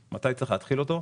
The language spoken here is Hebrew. מתי צריך להתחיל את זה.